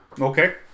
Okay